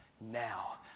now